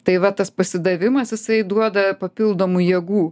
tai va tas pasidavimas jisai duoda papildomų jėgų